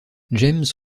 james